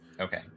Okay